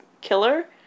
killer